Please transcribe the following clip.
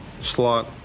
slot